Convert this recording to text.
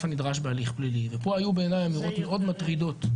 הנדרש בהליך פלילי ופה היו בעייני אמירות מאוד מטרידות.